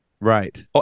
right